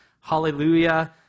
hallelujah